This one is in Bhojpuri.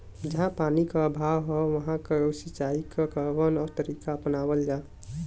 जहाँ पानी क अभाव ह वहां सिंचाई क कवन तरीका अपनावल जा?